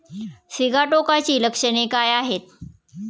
सिगाटोकाची लक्षणे काय आहेत?